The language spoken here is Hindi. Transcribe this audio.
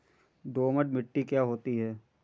दोमट मिट्टी क्या होती हैं?